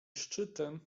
szczytem